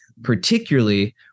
particularly